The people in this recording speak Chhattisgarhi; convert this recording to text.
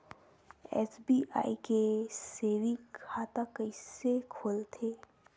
एस.बी.आई के सेविंग खाता कइसे खोलथे?